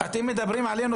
אתם מדברים עלינו,